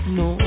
no